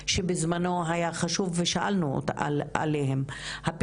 שבזמנו זה היה חשוב לנו ושאלנו אתכם עליהם.